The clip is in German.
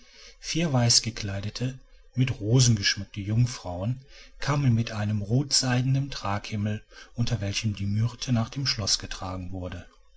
vier weißgekleidete mit rosen geschmückte jungfrauen kamen mit einem rotseidenen traghimmel unter welchem die myrte nach dem schloß getragen wurde